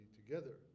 together